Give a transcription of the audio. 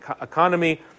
economy